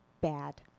bad